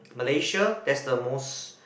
Malaysia that's the most